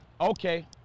Okay